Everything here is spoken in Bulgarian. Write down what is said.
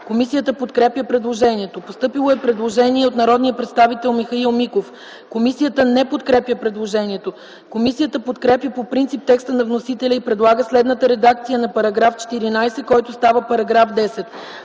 Комисията подкрепя предложението. Постъпило е предложение от народния представител Михаил Миков. Комисията не подкрепя предложението. Комисията подкрепя по принцип текста на вносителя и предлага следната редакция на § 14, който става § 10: „§ 10.